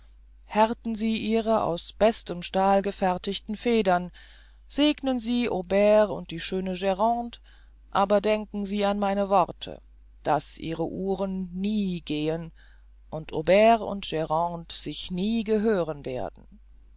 härten sie ihre aus bestem stahl gefertigten federn segnen sie aubert und die schöne grande aber denken sie an meine worte daß ihre uhren nie gehen und aubert und grande sich nie gehören werden